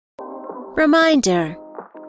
Reminder